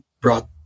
brought